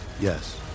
Yes